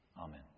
Amen